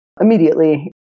immediately